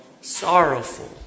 sorrowful